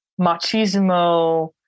machismo